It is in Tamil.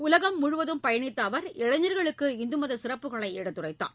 உலகம் முழுவதும் பயணித்த அவர் இளைஞர்களுக்கு இந்து மத சிறப்புகளை எடுத்துரைத்தார்